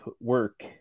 work